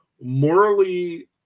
morally